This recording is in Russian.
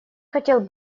хотел